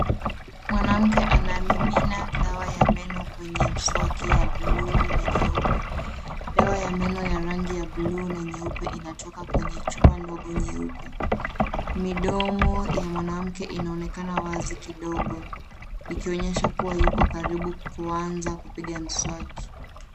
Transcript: Mwanamke anamimina dawa ya meno kwenye mswaki ya blue na nyeupe, dawa ya meno ya rangi ya blue na nyeupe inatoka kwenye chupa ndogo nyeupe. Midomo ya mwanamke inaonekana wazi kidogo ikionyesha kuwa yuko karibu kuanza kupiga mswaki.